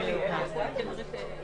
נעשה את זה קצר.